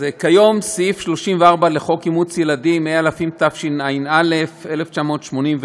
כיום סעיף 34 לחוק אימוץ ילדים, התשמ"א 1981,